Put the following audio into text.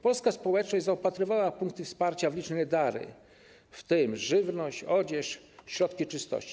Polska społeczność zaopatrywała punkty wsparcia w liczne dary, w tym żywność, odzież, środki czystości.